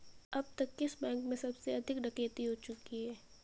अब तक किस बैंक में सबसे अधिक डकैती हो चुकी है?